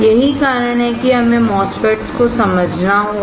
यही कारण है कि हमें MOSFETS को समझना होगा